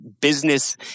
business